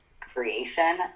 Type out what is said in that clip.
creation